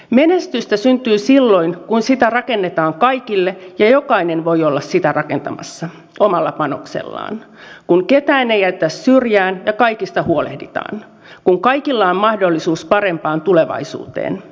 menestystä syntyy silloin kun sitä rakennetaan kaikille ja jokainen voi olla sitä rakentamassa omalla panoksellaan kun ketään ei jätetä syrjään ja kaikista huolehditaan kun kaikilla on mahdollisuus parempaan tulevaisuuteen